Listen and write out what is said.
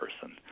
person